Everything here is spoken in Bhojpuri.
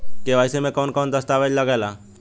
के.वाइ.सी में कवन कवन दस्तावेज लागे ला?